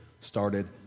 started